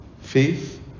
faith